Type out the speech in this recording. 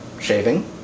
shaving